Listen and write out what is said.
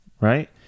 right